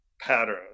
pattern